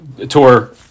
tour